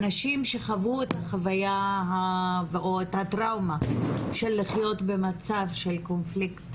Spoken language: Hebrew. הנשים שחוו את הטראומה של לחיות במצב של קונפליקט